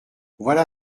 voilà